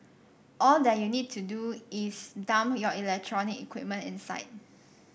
all that you need to do is dump your electronic equipment inside